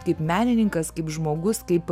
kaip menininkas kaip žmogus kaip